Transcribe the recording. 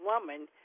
woman